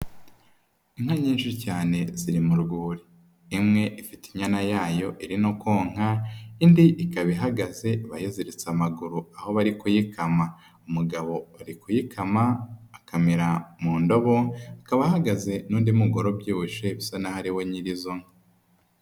Inka nyinshi cyane ziri mu rwuri, imwe ifite inyana yayo iri no konka indi ikaba ihagaze bayiziritse amaguru aho bari kuyikama, umugabo ari kuyikama akamera mu ndobo akaba ahagaze n'undi mugore ubyibushye bisa naho ariwe nyiri izo nka.